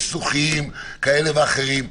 ניסוחיים כאלה ואחרים.